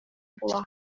була